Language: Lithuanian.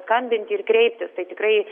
skambinti ir kreiptis tai tikrai